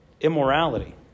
Immorality